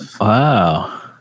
Wow